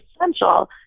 essential